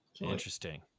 Interesting